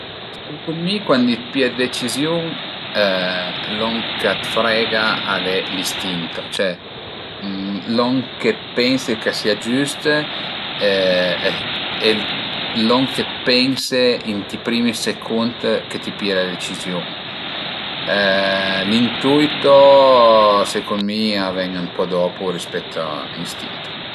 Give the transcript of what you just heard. Secund mi cuandi pìe deciziun lon ch'a t'frega al e l'istinto, cioè lon che t'pense ch'a sia giüst e lon che t'pense ënt i primi secund che ti pìe la deciziun. L'intuito secund mi a ven ën po dopu rispèt a l'istinto